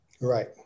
Right